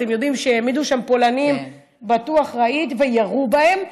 אתם יודעים שהעמידו שם פולנים וירו בהם,